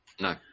No